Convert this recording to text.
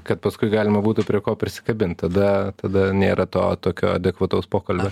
kad paskui galima būtų prie ko prisikabint tada tada nėra to tokio adekvataus pokalbio